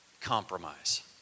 compromise